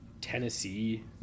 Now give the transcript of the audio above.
Tennessee